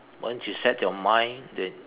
once you set your mind that